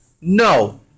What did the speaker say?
No